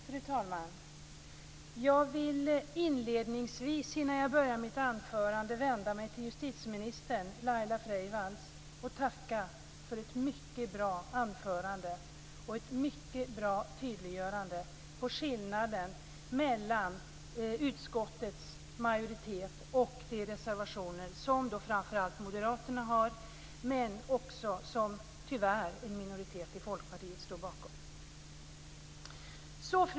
Fru talman! Jag vill inledningsvis, innan jag börjar mitt anförande, vända mig till justitieminister Laila Freivalds. Jag vill tacka för ett mycket bra anförande och ett mycket bra tydliggörande av skillnaden mellan utskottets majoritet och de reservationer som framför allt moderaterna, men också tyvärr en minoritet i Folkpartiet, står bakom. Fru talman!